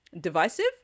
divisive